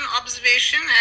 observation